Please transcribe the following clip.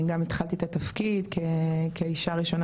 אני גם התחלתי את התפקיד כאישה ראשונה